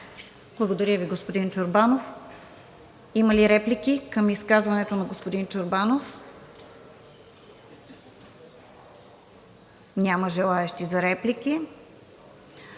Благодаря Ви, господин Чорбанов. Има ли реплики към изказването на господин Чорбанов? Няма. Други